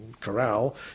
corral